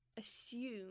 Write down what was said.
assume